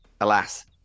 alas